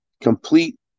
Complete